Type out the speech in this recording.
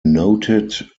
noted